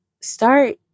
start